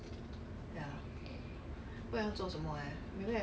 then they ask me go and uh go and check out class pass online